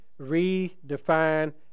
redefine